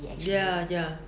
ya ya